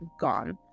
gone